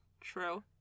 True